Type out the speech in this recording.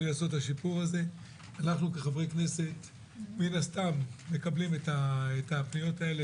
אנחנו כחברי כנסת מן הסתם מקבלים את הפניות האלה,